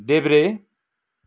देब्रे